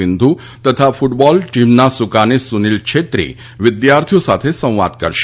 સીંધુ તથા કુટબોલ ટીમના સુકાની સુનીલ છેત્રી વિદ્યાર્થીઓ સાથે સંવાદ કરશે